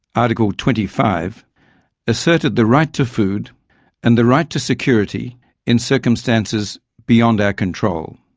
article twenty five asserted the right to food and the right to security in circumstances beyond our control.